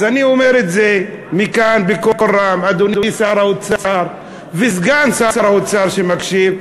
אז אני אומר את זה מכאן בקול רם: אדוני שר האוצר וסגן שר האוצר שמקשיב,